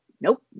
Nope